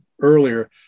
earlier